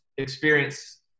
experience